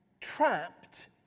trapped